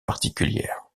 particulière